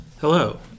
Hello